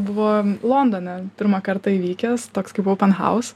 buvo londone pirmą kartą įvykęs toks kaip open house